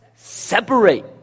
separate